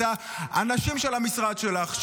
את האנשים של המשרד שלך,